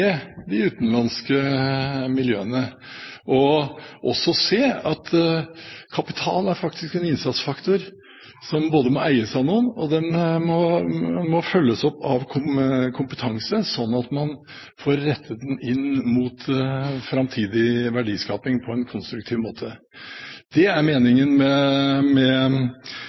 de utenlandske miljøene, og også se at kapital faktisk er en innsatsfaktor som må eies av noen og følges opp av kompetanse, sånn at man får rettet den inn mot framtidig verdiskaping på en konstruktiv måte. Det er meningen med